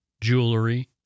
jewelry